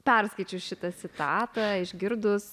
perskaičius šitą sitatą išgirdus